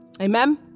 amen